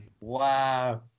Wow